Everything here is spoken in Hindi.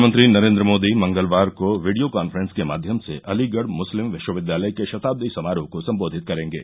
प्रधानमंत्री नरेंद्र मोदी मंगलवार को वीडियो कॉन्फ्रेंस के माध्यम से अलीगढ़ मुस्लिम विश्वविद्यालय के शताब्दी समारोह को संबोधित करेंगे